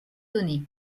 donné